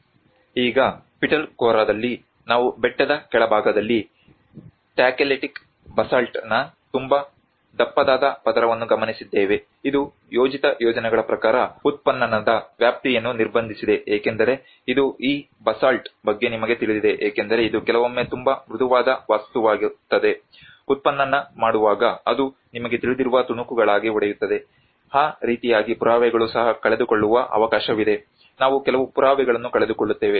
ಈಗ ಪಿಟಲ್ಖೋರಾದಲ್ಲಿ ನಾವು ಬೆಟ್ಟದ ಕೆಳಭಾಗದಲ್ಲಿ ಟ್ಯಾಚೆಲೆಟಿಕ್ ಬಸಾಲ್ಟ್ನ ತುಂಬಾ ದಪ್ಪದಾದ ಪದರವನ್ನು ಗಮನಿಸಿದ್ದೇವೆ ಇದು ಯೋಜಿತ ಯೋಜನೆಗಳ ಪ್ರಕಾರ ಉತ್ಖನನದ ವ್ಯಾಪ್ತಿಯನ್ನು ನಿರ್ಬಂಧಿಸಿದೆ ಏಕೆಂದರೆ ಇದು ಈ ಬಸಾಲ್ಟ್ ಬಗ್ಗೆ ನಿಮಗೆ ತಿಳಿದಿದೆ ಏಕೆಂದರೆ ಇದು ಕೆಲವೊಮ್ಮೆ ತುಂಬಾ ಮೃದುವಾದ ವಸ್ತುವಾಗುತ್ತದೆ ಉತ್ಖನನ ಮಾಡುವಾಗ ಅದು ನಿಮಗೆ ತಿಳಿದಿರುವ ತುಣುಕುಗಳಾಗಿ ಒಡೆಯುತ್ತದೆ ಆ ರೀತಿಯಾಗಿ ಪುರಾವೆಗಳು ಸಹ ಕಳೆದುಕೊಳ್ಳುವ ಅವಕಾಶವಿದೆ ನಾವು ಕೆಲವು ಪುರಾವೆಗಳನ್ನು ಕಳೆದುಕೊಳ್ಳುತ್ತೇವೆ